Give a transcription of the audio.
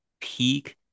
peak